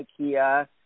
ikea